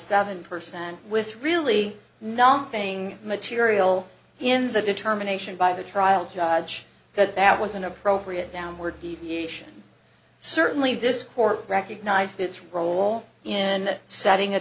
seven percent with really nothing material in the determination by the trial judge that that was an appropriate downward deviation certainly this court recognized its role in setting a